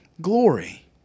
glory